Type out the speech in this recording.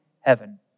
heaven